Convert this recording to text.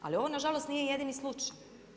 Ali ovo nažalost nije jedini slučaj.